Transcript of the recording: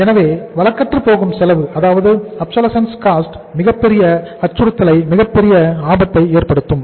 எனவே வழக்கற்றுப்போகும் செலவு மிகப்பெரிய அச்சுறுத்தல் மிகப்பெரிய ஆபத்து ஆகும்